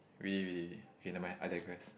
really really K never mind I digress